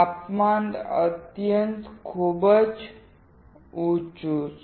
તાપમાન અત્યંત ઉચું છે